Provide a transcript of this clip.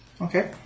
Okay